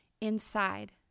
inside